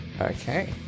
Okay